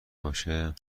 باشه